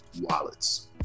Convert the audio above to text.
wallets